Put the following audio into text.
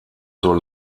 zur